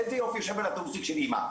איזה יופי יושב על הטוסיק של אמא',